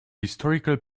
historical